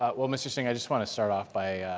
ah well, mr. singh, i just want to start off by